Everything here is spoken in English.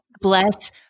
Bless